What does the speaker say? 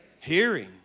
hearing